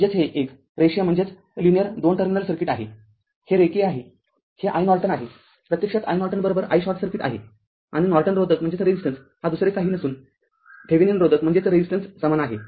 म्हणजेचहे एक रेखीय २ terminal circuit आहेहे रेखीय आहे हे iNorton आहे प्रत्यक्षात iNorton i शॉर्ट सर्किट आहे आणि नॉर्टन रोधक हा दुसरे काही नसून थेविनिन रोधक समान आहे